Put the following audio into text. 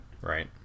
Right